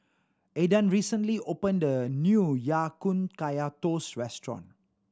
Adan recently opened a new Ya Kun Kaya Toast restaurant